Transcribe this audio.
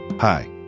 Hi